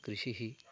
कृषिः